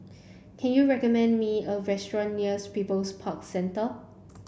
can you recommend me a restaurant nears People's Park Centre